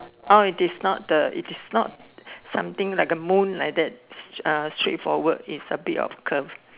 orh it is not the it is not something like a moon like that s~ uh straight forward is a bit of a curve